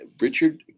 Richard